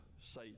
say